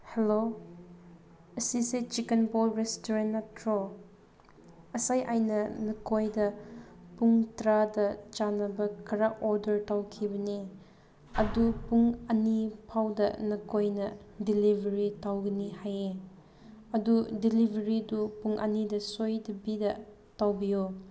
hello ꯁꯤꯁꯦ chicken bowl restaurant ꯅꯠꯇ꯭ꯔꯣ ꯉꯁꯥꯏ ꯑꯩꯅ ꯅꯈꯣꯏꯗ ꯄꯨꯡ ꯇꯔꯥꯗ ꯆꯥꯅꯕ ꯈꯔ ꯑꯣꯔꯗꯔ ꯇꯧꯈꯤꯕꯅꯦ ꯑꯗꯨ ꯄꯨꯡ ꯑꯅꯤ ꯐꯥꯎꯗ ꯅꯈꯣꯏꯅ ꯗꯤꯂꯤꯚꯔꯤ ꯇꯧꯒꯅꯤ ꯍꯥꯏꯌꯦ ꯑꯗꯨ ꯗꯤꯂꯤꯚꯔꯤꯗꯨ ꯄꯨꯡ ꯑꯅꯤꯗ ꯁꯣꯏꯗꯕꯤꯗ ꯇꯧꯕꯤꯌꯣ